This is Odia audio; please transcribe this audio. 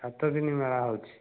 ସାତ ଦିନ ମେଳା ହେଉଛି